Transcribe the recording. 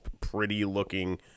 pretty-looking